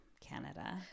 Canada